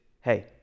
hey